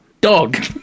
Dog